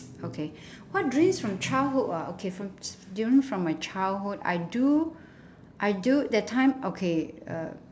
okay what dreams from childhood ah okay from during from my childhood I do I do that time okay uh